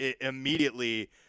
immediately